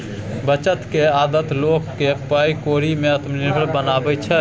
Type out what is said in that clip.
बचत केर आदत लोक केँ पाइ कौड़ी में आत्मनिर्भर बनाबै छै